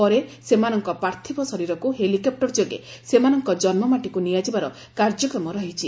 ପରେ ସେମାନଙ୍କ ପାର୍ଥିବ ଶରୀରକୁ ହେଲିକେପୁର ଯୋଗେ ସେମାନଙ୍କ ଜନ୍ମମାଟିକୁ ନିଆଯିବାର କାର୍ଯ୍ୟକ୍ରମ ରହିଛି